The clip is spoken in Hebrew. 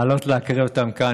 לעלות ולהקריא אותם כאן.